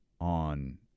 on